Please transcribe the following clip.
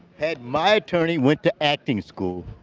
had my attorney went to acting school,